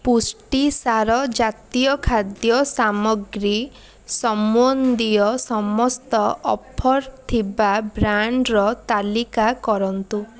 ପୁଷ୍ଟିସାର ଜାତୀୟ ଖାଦ୍ୟ ସାମଗ୍ରୀ ସମ୍ବନ୍ଧୀୟ ସମସ୍ତ ଅଫର୍ ଥିବା ବ୍ରାଣ୍ଡ୍ର ତାଲିକା କରନ୍ତୁ